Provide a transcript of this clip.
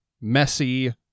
messy